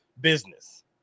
business